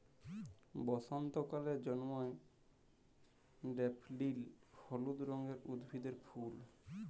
বসন্তকালে জল্ময় ড্যাফডিল হলুদ রঙের উদ্ভিদের ফুল